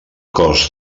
cos